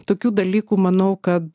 tokių dalykų manau kad